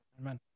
Amen